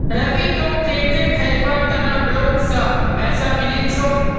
रवि तोक ट्रैक्टर खरीदवार त न ब्लॉक स पैसा मिलील छोक